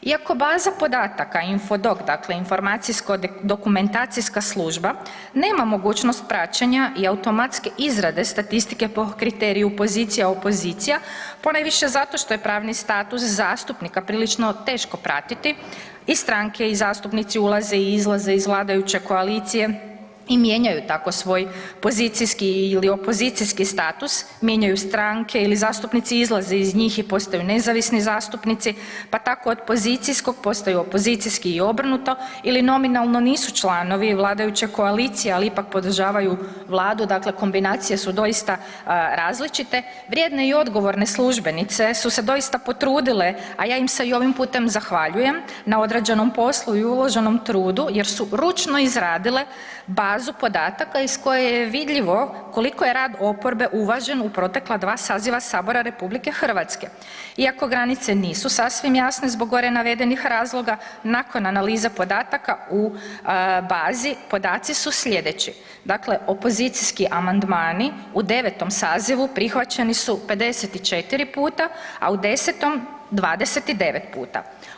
Iako baza podataka info-doc dakle Informacijsko-dokumentacijska služba nema mogućnost praćenja i automatske izrade statistike po kriteriju pozicija-opozicija ponajviše zato što je pravni status zastupnika prilično teško pratiti i stranke i zastupnici ulaze i izlaze iz vladajuće koalicije i mijenjaju tako svoj pozicijski ili opozicijski status, mijenjaju stranke ili zastupnici izlaze iz njih i postaju nezavisni zastupnici, pa tako od pozicijskog postaju opozicijski obrnuto ili nominalno nisu članovi vladajuće koalicije, ali ipak podržavaju Vladu dakle kombinacije su doista različite, vjerne i odgovorne službenice su se doista i potrudile, a ja im se ovim putem zahvaljujem na odrađenom poslu i uvaženom trudu jer su ručno izradile bazu podataka iz koje je vidljivo koliko je rad oporbe uvažen u protekla dva saziva Sabora RH, iako granice nisu sasvim jasne zbog gore navedenih razloga nakon analize podataka u bazi podaci su sljedeći, dakle opozicijski amandmani u 9. sazivu prihvaćeni su 54 puta, a u 10. 29 puta.